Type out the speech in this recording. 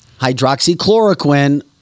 hydroxychloroquine